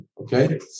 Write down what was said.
Okay